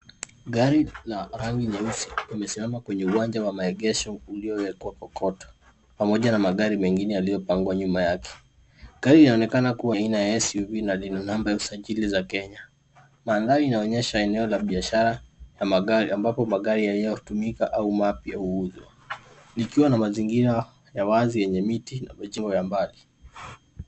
Gari la rangi nyeusi limesimama kwenye uwanja wa maegesho uliowekwa kokoto, pamoja na magari mengine yaliyopangwa nyuma yake. Gari linaonekana kuwa ya aina ya SUV na ina namba ya usajilinya Kenya. Maandari inaonyesha eneo la magari na biashara ambapo magari yanayotumika au mapya uuswa, likiwa na mazingira ya wazi enye miti na majengo ya mbali.